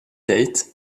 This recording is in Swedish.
dejt